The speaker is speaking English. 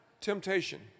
Temptation